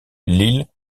lille